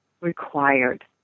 required